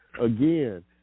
again